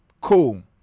Cool